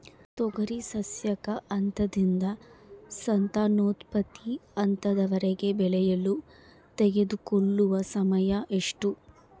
ತೊಗರಿ ಸಸ್ಯಕ ಹಂತದಿಂದ ಸಂತಾನೋತ್ಪತ್ತಿ ಹಂತದವರೆಗೆ ಬೆಳೆಯಲು ತೆಗೆದುಕೊಳ್ಳುವ ಸಮಯ ಎಷ್ಟು?